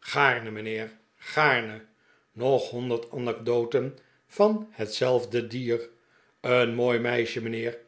gaarne mijnheer gaarne nog honderd anecdoten van hetzelfde dier een mooi meisje mijnheer